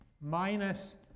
minus